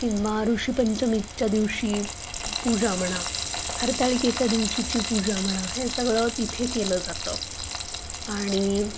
किंवा ऋषिपंचमीच्या दिवशी पूजा म्हणा हरताळकेच्या दिवशीची पूजा म्हणा हे सगळं तिथे केलं जातं आणि